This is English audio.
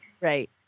Right